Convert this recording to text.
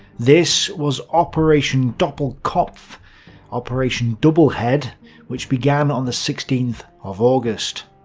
this was operation doppelkopf operation double head which began on the sixteenth of august.